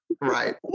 right